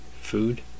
food